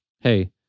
hey